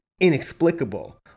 inexplicable